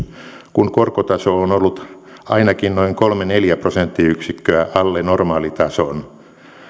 kun korkotaso on ollut ainakin noin kolme viiva neljä prosenttiyksikköä alle normaalitason